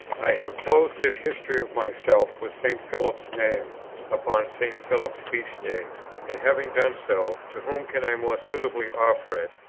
i have closed this history of myself with st. philip's name upon st. philip's feast-day and, having done so, to whom can i more suitably offer it,